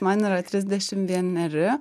man yra trisdešim vieneri